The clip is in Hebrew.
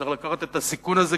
צריך לקחת את הסיכון הזה,